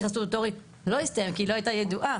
הסטטוטורי לא הסתיים כי היא לא הייתה ידועה,